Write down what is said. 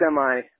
semi